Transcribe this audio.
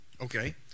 Okay